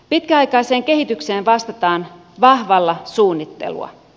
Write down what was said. pitkäaikaiseen kehitykseen vastataan vahvalla suunnittelulla